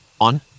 on